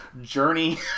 journey